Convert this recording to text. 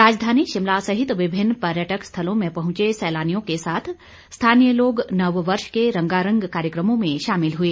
राजधानी शिमला सहित विभिन्न पर्यटक स्थलों में पहुंचे सैलानियों के साथ स्थानीय लोग नव वर्ष के रंगारंग कार्यक्रमों में शामिल हुए